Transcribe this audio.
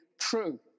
true